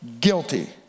Guilty